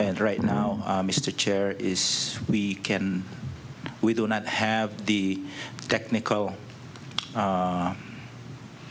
and right now mr chair is we can we do not have the technical